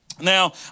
Now